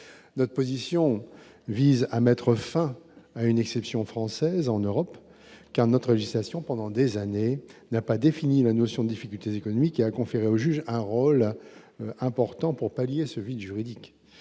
notre position, vise à mettre fin à une exception française en Europe car notre législation pendant des années n'a pas défini la notion difficultés économiques a conféré au juge un rôle important pour pallier ce vide juridique,